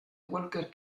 walker